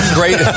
great